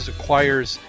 Acquires